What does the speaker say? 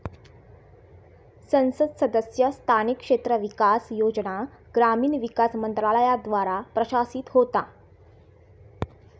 संसद सदस्य स्थानिक क्षेत्र विकास योजना ग्रामीण विकास मंत्रालयाद्वारा प्रशासित होता